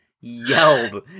yelled